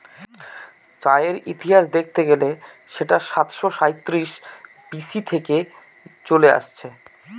চায়ের ইতিহাস দেখতে গেলে সেটা সাতাশো সাঁইত্রিশ বি.সি থেকে চলে আসছে